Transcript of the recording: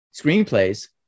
screenplays